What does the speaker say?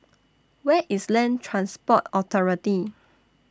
Where IS Land Transport Authority